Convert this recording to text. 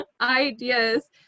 ideas